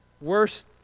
worst